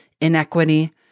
inequity